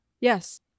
yes